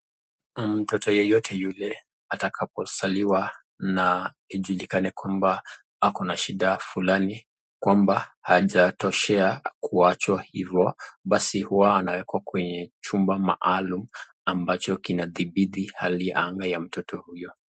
Mtoto yeyote yule atakapo zaliwa na ijulikane kwamba ako na shida fulani, kwamba hajatoshea kuachwa hivo, basi huwa anawekwa kwenye chumba maalum ambacho kinathibiti hali ya anga ya mtoto huyo.